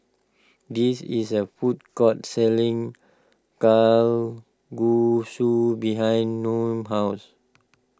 this is a food court selling Kalguksu behind Naomi's house